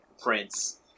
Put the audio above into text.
Prince